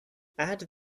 add